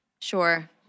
Sure